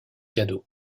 cadeaux